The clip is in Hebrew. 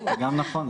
זה גם נכון.